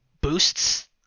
boosts